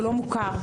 מוכר.